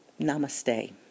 Namaste